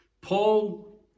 Paul